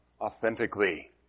authentically